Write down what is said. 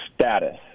status